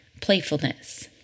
playfulness